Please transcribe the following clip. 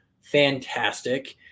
fantastic